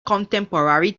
contemporary